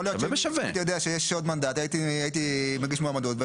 אם הייתי יודע שיש עוד מנדט הייתי מגיש מועמדות.